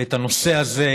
את הנושא הזה,